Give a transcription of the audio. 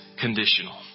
conditional